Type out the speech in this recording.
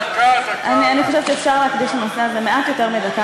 אני חושבת שאפשר להקדיש לנושא הזה מעט יותר מדקה,